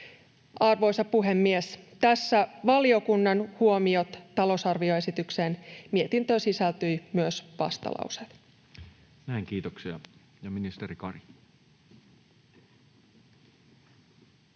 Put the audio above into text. Arvoisa puhemies! Tässä valiokunnan huomiot talousarvioesitykseen. Mietintöön sisältyi myös vastalauseet. Näin, kiitoksia. — Ja ministeri Kari.